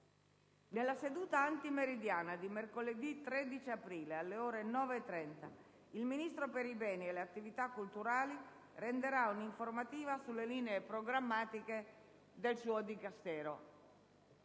Nella seduta antimeridiana di mercoledì 13 aprile, alle ore 9,30, il Ministro per i beni e le attività culturali renderà un'informativa sulle linee programmatiche del suo Dicastero.